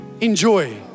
enjoy